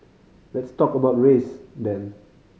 let's talk about race then